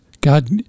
God